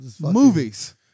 movies